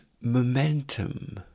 momentum